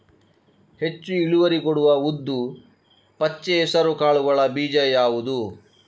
ಹೆಚ್ಚು ಇಳುವರಿ ಕೊಡುವ ಉದ್ದು, ಪಚ್ಚೆ ಹೆಸರು ಕಾಳುಗಳ ಬೀಜ ಯಾವುದು?